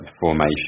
formation